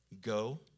Go